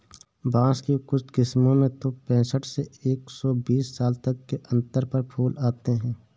बाँस की कुछ किस्मों में तो पैंसठ से एक सौ बीस साल तक के अंतर पर फूल आते हैं